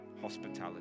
hospitality